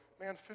Man